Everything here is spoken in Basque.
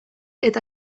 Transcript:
eta